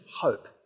hope